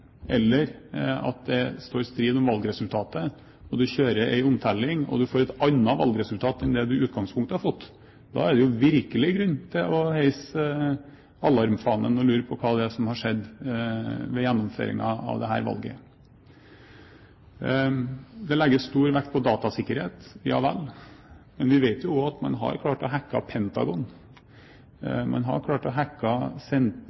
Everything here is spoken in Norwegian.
og får et annet valgresultat enn det du i utgangspunktet har fått, er det jo virkelig grunn til å heise alarmfanen og lure på hva det er som har skjedd ved gjennomføringen av dette valget. Det legges stor vekt på datasikkerhet – ja vel – men vi vet også at man har klart å hacke Pentagon,